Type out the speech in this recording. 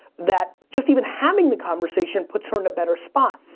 that just even having the conversation, puts her in a better spot.